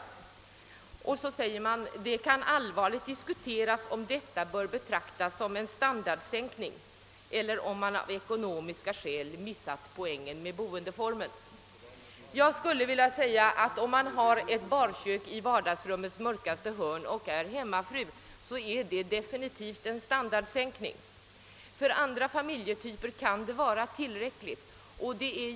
Kommittén säger: »Det kan allvarligt diskuteras om detta Lör betraktas som en standardsänkning eller om man av ekonomiska skäl missat poängen med boendeformen.» Jag skulle vilja säga att det för en familj, i vilken hustrun är hemmafru, definitivt innebär en standardsänkning att endast ha ett barkök i vardagsrummets mörkaste hörn. För andra familjetyper kan det vara tillräckligt.